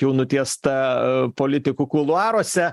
jau nutiesta politikų kuluaruose